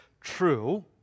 true